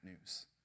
news